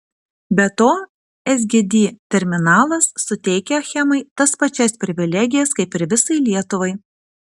be to sgd terminalas suteikia achemai tas pačias privilegijas kaip ir visai lietuvai